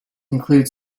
include